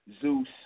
Zeus